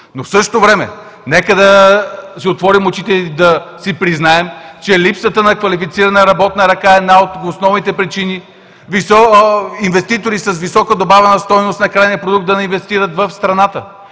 Но в същото време нека да си отворим очите и да си признаем, че липсата на квалифицирана работна ръка е една от основните причини инвеститори с висока добавена стойност на крайния продукт да не инвестират в страната.